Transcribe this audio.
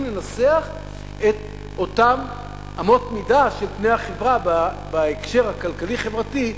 לנסח את אותן אמות מידה של פני החברה בהקשר הכלכלי-חברתי,